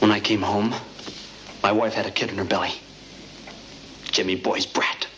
when i came home my wife had a kid in her belly jimmy boys brett